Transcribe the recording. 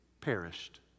perished